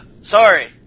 sorry